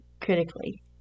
critically